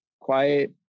quiet